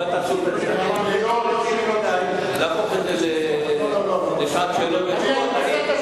אני לא רוצה להפוך את זה לשעת שאלות ותשובות.